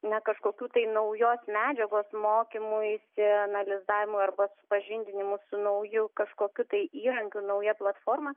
ne kažkokių tai naujos medžiagos mokymuisi analizavimui arba supažindinimui su nauju kažkokiu tai įrankiu nauja platforma